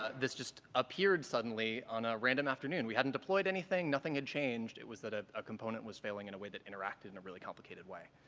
this just appeared suddenly on a random afternoon. we hadn't deployed anything, nothing had change, it was that a a component was failing in a way that interacted in a really complicated way.